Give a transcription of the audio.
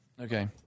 Okay